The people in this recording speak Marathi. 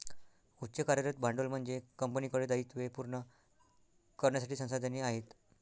उच्च कार्यरत भांडवल म्हणजे कंपनीकडे दायित्वे पूर्ण करण्यासाठी संसाधने आहेत